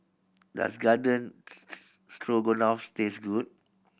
Does Garden Stroganoff taste good